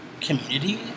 community